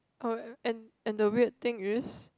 oh and and the weird thing is